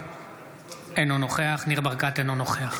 אינו נוכח ניר ברקת, אינו נוכח